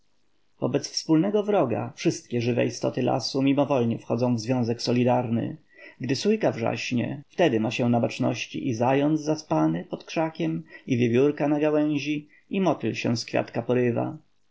wobec wspólnego wroga wszystkie żywe istoty lasu mimowolnie wchodzą w związek solidarny gdy sójka wrzaśnie wtedy ma się już na baczności i zając zaspany pod krzakiem i wiewiórka na gałęzi i motyl się z kwiatka porywa